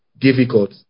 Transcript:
difficult